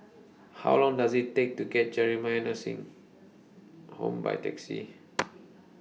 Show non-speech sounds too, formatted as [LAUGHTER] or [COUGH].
How Long Does IT Take to get Jamiyah Nursing Home By Taxi [NOISE]